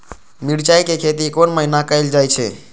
मिरचाय के खेती कोन महीना कायल जाय छै?